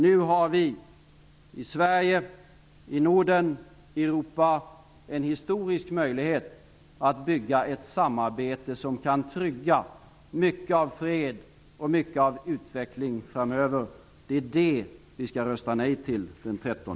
Nu har vi i Sverige, i Norden och i Europa en historisk möjlighet att bygga ett samarbete som kan trygga mycket av fred och mycket av utveckling framöver. Det är det ni skall rösta nej till den 13